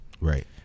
right